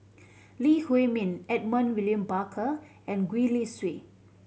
Lee Huei Min Edmund William Barker and Gwee Li Sui